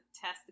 test